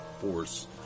force